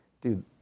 dude